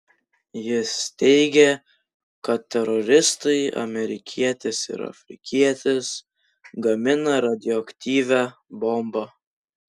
jis teigė kad teroristai amerikietis ir afrikietis gamina radioaktyvią bombą